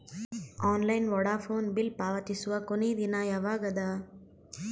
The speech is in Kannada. ಆನ್ಲೈನ್ ವೋಢಾಫೋನ ಬಿಲ್ ಪಾವತಿಸುವ ಕೊನಿ ದಿನ ಯವಾಗ ಅದ?